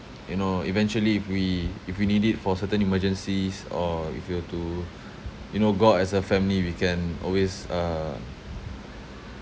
you know eventually if we if we need it for certain emergencies or if we were to you know go out as a family we can always uh